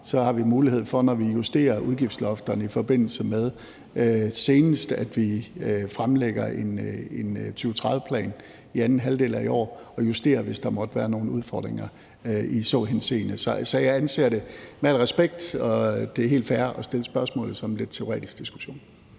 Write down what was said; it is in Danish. har vi mulighed for, når vi justerer udgiftslofterne, senest i forbindelse med at vi fremlægger en 2030-plan i anden halvdel af i år, at justere, hvis der måtte være nogle udfordringer i så henseende. Så jeg anser det – med al respekt, for det er helt fair at stille spørgsmålet – som en lidt teoretisk diskussion.